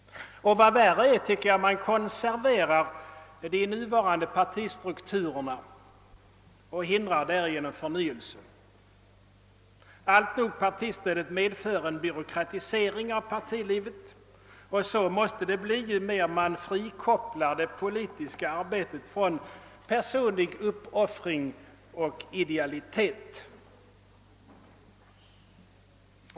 Och vad värre är, man konserverar de nuvarande partistrukturerna och hindrar därigenom förnyelse. Alltnog, partistödet medför en byråkratisering av partilivet, och detta blir alltmer markant ju mer man frikopplar det politiska arbetet från personlig uppoffring och idealitet.